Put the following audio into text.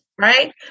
Right